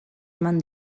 eman